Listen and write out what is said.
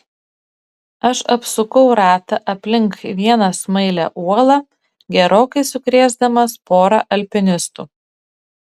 aš apsukau ratą aplink vieną smailią uolą gerokai sukrėsdamas porą alpinistų